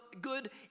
good